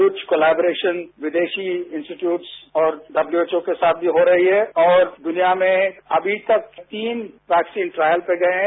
कुछ कोलेबरेशन्स विदेशी इन्स्टीटचूट्स और डब्ल्यू एच ओ के साथ मी हो रही है और दुनिया में अमी तक तीन वैक्सीन ट्रायल पर गए हैं